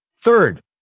Third